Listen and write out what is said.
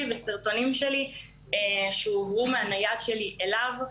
וסרטונים שלי שהועברו מהנייד שלי אליו,